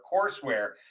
courseware